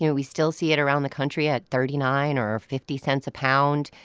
you know we still see it around the country at thirty nine or fifty cents a pound.